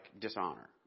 dishonor